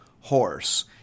horse